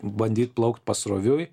bandyt plaukt pasroviui